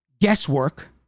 guesswork